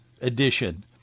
edition